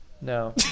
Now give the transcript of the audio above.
No